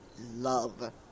love